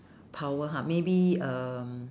power ha maybe um